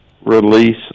release